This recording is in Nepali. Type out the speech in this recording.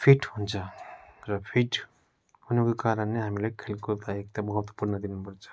फिट हुन्छ र फिट हुनुको कारण नै हामीले खेलकुदलाई एकदमै महत्त्वपूर्ण दिनु पर्छ